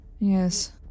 Yes